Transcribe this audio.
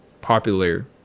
popular